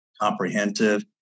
comprehensive